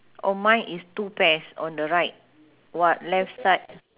oh mine is two pairs on the right what left side